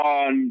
on